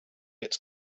its